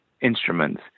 instruments